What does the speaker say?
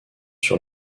sur